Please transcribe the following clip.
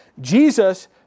Jesus